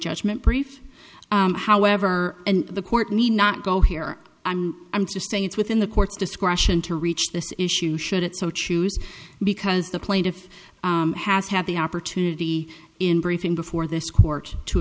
judgment brief however and the court need not go here i'm i'm just saying it's within the court's discretion to reach this issue should it so choose because the plaintiff has had the opportunity in briefing before this court to